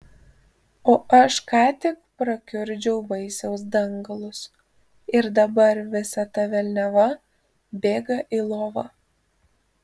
o aš ką tik prakiurdžiau vaisiaus dangalus ir dabar visa ta velniava bėga į lovą